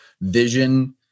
vision